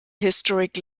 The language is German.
historic